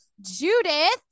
Judith